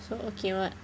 so okay [what]